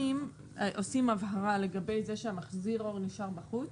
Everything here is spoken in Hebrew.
אם עושים הבהרה לגבי זה שמחזיר האור נשאר בחוץ,